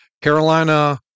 Carolina